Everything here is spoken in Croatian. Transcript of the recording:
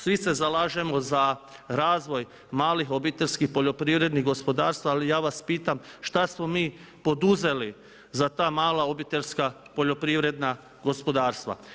Svi se zalažemo za razvoj malih obiteljskih poljoprivrednih gospodarstava ali ja vas pitam šta smo mi poduzeli za ta mala obiteljska poljoprivredna gospodarstva.